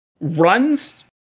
runs